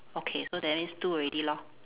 okay so that means two already lor